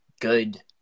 good